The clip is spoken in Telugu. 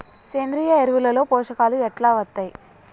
సేంద్రీయ ఎరువుల లో పోషకాలు ఎట్లా వత్తయ్?